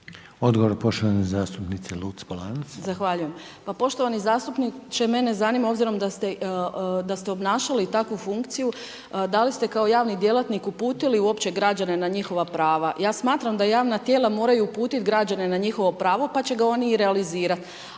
Odgovor poštovane zastupnice Luc_Polanc. **Luc-Polanc, Marta (SDP)** Zahvaljujem. Poštovani zastupniče mene zanima obzirom da ste, obnašali takvu funkciju, da li ste kao javni djelatnik uputili uopće građane na njihova prava. Ja smatram da javna tijela moraju uputiti građane na njihovo pravo pa će ga oni i realizirati.